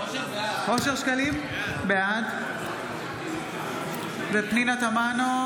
בעד פנינה תמנו,